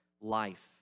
life